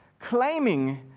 claiming